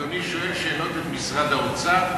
אדוני שואל שאלות את משרד האוצר?